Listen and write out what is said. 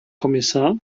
kommissar